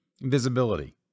visibility